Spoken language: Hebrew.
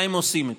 מה הם עושים איתו?